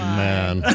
man